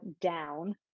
down